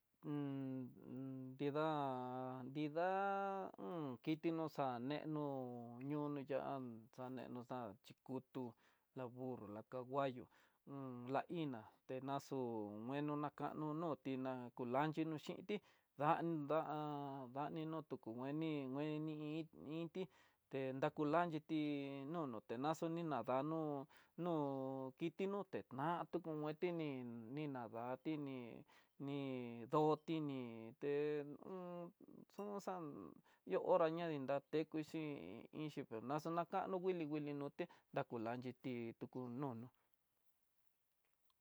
nrida, nrida kiti oxa nenó ñoyan xaneno chikutu, la burro, la kahuallo, la iná tenaxú nguena kano no tiná, kulanchino xhinti da- da danino tuku ngueni ngueni i iinti te da kulanchiti, nonté daxo ninadano nu kiti noté na'a tukungueti ni ninadati ni, ni ndoti ni té xunxán ihó hora ña ni nda ketuxhi inxhi que xaxonakano wuili, wuili no té dakulanxhi tí tukuno'ó.